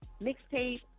mixtape